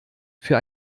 für